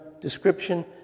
description